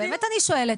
באמת אני שואלת.